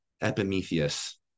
epimetheus